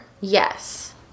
Yes